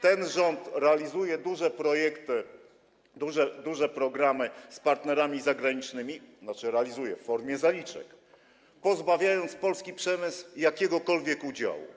Ten rząd realizuje duże projekty, duże programy z partnerami zagranicznymi - tzn. realizuje w formie zaliczek - pozbawiając polski przemysł jakiegokolwiek udziału.